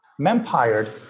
Mempired